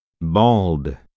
bald